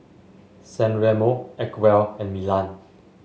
San Remo Acwell and Milan